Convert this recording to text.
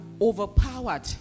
overpowered